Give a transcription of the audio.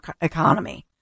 economy